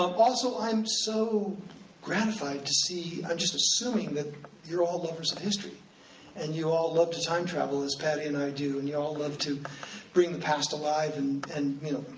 also, i am so gratified to see, i'm just assuming that you're all lovers of history and you all love to time travel, as patty and i do, and you all love to bring the past alive and and you know,